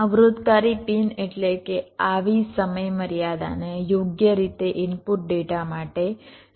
અવરોધકારી pin એટલે કે આવી સમય મર્યાદાને યોગ્ય રીતે ઇનપુટ ડેટા માટે સંતોષવી જરુરી છે